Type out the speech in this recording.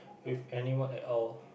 with anyone at all